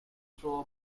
throw